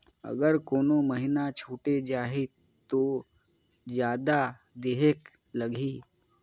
अगर कोनो महीना छुटे जाही तो जादा देहेक लगही?